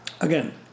again